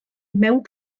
mewn